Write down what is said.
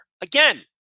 Again